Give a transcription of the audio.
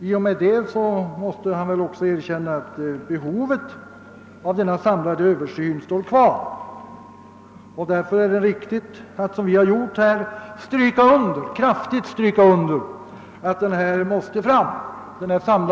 I och med detta har han väl också erkänt att behovet av en samlad översyn står kvar och att det därför är riktigt att, såsom vi har gjort, kraftigt stryka under att denna samlade översyn måste ske.